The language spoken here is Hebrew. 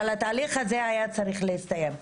אבל התהליך הזה היה צריך להסתיים,